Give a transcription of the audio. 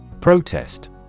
Protest